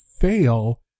fail